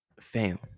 Fam